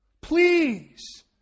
Please